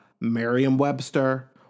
Merriam-Webster